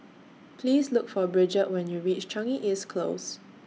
Please Look For Bridgette when YOU REACH Changi East Close